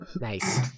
Nice